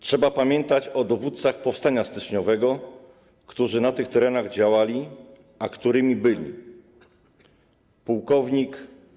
Trzeba pamiętać o dowódcach powstania styczniowego, którzy na tych terenach działali, a którymi byli płk.